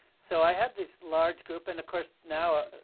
so i had this large group, and, of course, now, ah